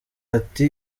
ati